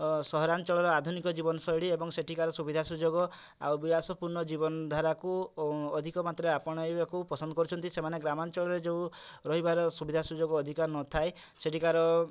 ସହରାଞ୍ଚଳରେ ଆଧୁନିକ ଜୀବନଶୈଳୀ ଏବଂ ସେଠିକାର ସୁବିଧା ସୁଯୋଗ ଆଉ ବିଳାସ ପୂର୍ଣ୍ଣ ଜୀବନଧାରାକୁ ଅଧିକମାତ୍ରାରେ ଆପଣାଇବାକୁ ପସନ୍ଦ କରୁଛନ୍ତି ସେମାନେ ଗ୍ରାମାଞ୍ଚଳରେ ଯେଉଁ ରହିବାର ସୁବିଧା ସୁଯୋଗ ଅଧିକା ନଥାଏ ସେଠିକାର